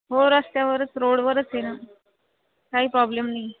हो रस्त्यावरच रोडवरच आहे ना काही प्रॉब्लेम नाही